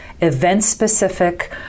event-specific